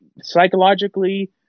psychologically